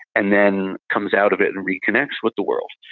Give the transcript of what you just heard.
and then comes out of it and reconnects with the world.